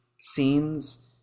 scenes